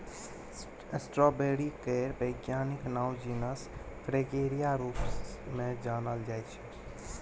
strawberry केर बैज्ञानिक नाओ जिनस फ्रेगेरिया रुप मे जानल जाइ छै